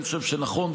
אני חושב שנכון,